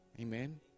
Amen